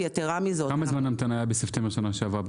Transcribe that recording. כמה זמן המתנה היה בשנה שעברה?